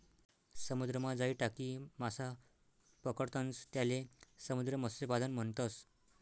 समुद्रमा जाई टाकी मासा पकडतंस त्याले समुद्र मत्स्यपालन म्हणतस